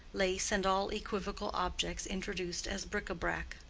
lace and all equivocal objects introduced as bric-a-brac.